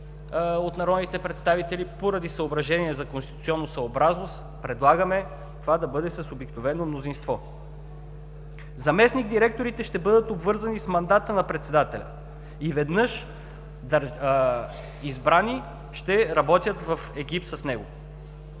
от народните представители. Поради съображения за конституционосъобразност предлагаме това да бъде с обикновено мнозинство. Заместник-директорите ще бъдат обвързани с мандата на председателя и веднъж избрани ще работят в екип с него.